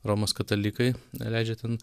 romos katalikai leidžia ten